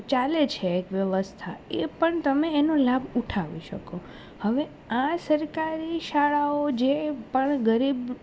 ચાલે છે એક વ્યવસ્થા એ પણ તમે એનો લાભ ઉઠાવી શકો હવે આ સરકારી શાળાઓ જે પણ ગરીબ